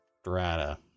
strata